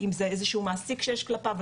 אם זה איזה שהוא מעסיק שיש כלפיו,